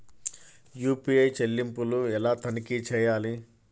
UPI చెల్లింపులు ఎలా తనిఖీ చేయాలి?